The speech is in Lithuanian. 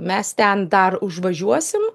mes ten dar užvažiuosim